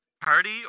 Party